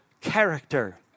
character